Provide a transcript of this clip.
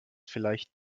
vielleicht